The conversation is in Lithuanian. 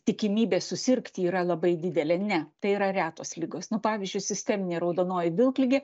tikimybė susirgti yra labai didelė ne tai yra retos ligos nu pavyzdžiui sisteminė raudonoji vilkligė